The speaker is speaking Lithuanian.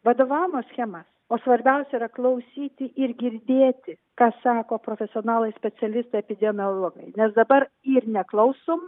vadovavimo schemas o svarbiausia yra klausyti ir girdėti ką sako profesionalai specialistai epidemiologai nes dabar ir neklausom